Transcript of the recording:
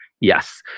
Yes